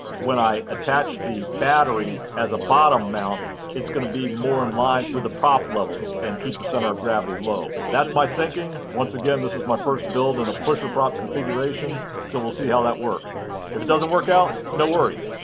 when i attach the battery as a bottom mount it's going to be more in line with the prop levels and keep the center of gravity low. that's my thinking. once again this is my first build in a pusher prop configuration so we'll see how that works. if it doesn't work out, no worries,